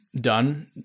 done